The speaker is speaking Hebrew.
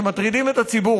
שמטרידים את הציבור,